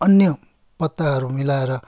अन्य पत्ताहरू मिलाएर